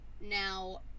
Now